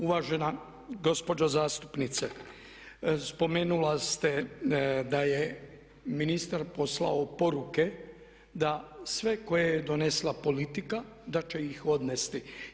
Uvažena gospođo zastupnice spomenula ste da je ministar poslao poruke da sve koje je donijela politika da će ih odnijeti.